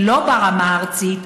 ולא ברמה הארצית.